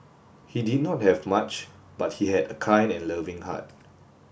he did not have much but he had a kind and loving heart